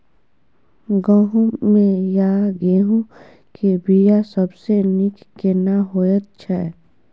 गहूम या गेहूं के बिया सबसे नीक केना होयत छै?